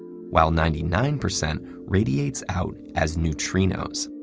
while ninety nine percent radiates out as neutrinos,